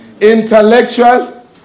intellectual